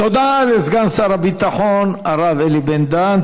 תודה לסגן שר הביטחון, הרב אלי בן-דהן.